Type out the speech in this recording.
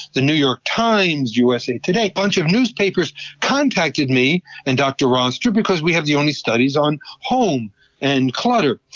the new york times, usa today, a bunch of newspapers contacted me and dr. roster because we have the only studies on home and clutter,